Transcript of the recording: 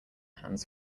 hands